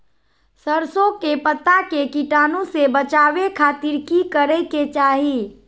सरसों के पत्ता के कीटाणु से बचावे खातिर की करे के चाही?